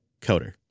coder